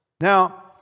Now